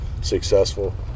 successful